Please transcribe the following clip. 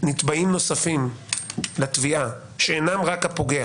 נתבעים נוספים לתביעה שאינם רק הפוגע